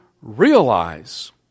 realize